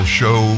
show